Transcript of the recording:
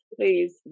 Please